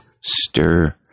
stir